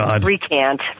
Recant